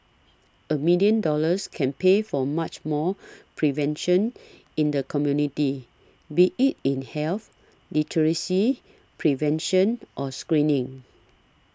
a million dollars can pay for much more prevention in the community be it in health literacy prevention or screening